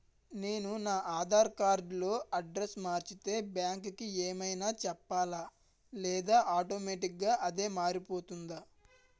నేను నా ఆధార్ కార్డ్ లో అడ్రెస్స్ మార్చితే బ్యాంక్ కి ఏమైనా చెప్పాలా లేదా ఆటోమేటిక్గా అదే మారిపోతుందా?